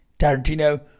Tarantino